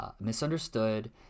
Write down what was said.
Misunderstood